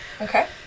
Okay